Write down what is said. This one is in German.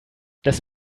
das